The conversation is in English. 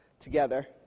together